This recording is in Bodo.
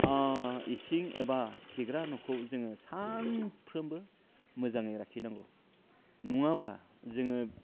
इसिं एबा खिग्रा न'खौ जोङो सानफ्रोमबो मोजाङै लाखिनांगौ नङाब्ला जोङो